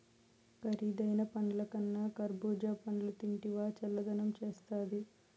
కరీదైన పండ్లకన్నా కర్బూజా పండ్లు తింటివా చల్లదనం చేస్తాది